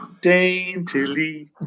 Daintily